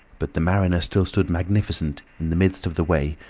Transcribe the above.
but the mariner still stood magnificent in the midst of the way,